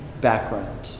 background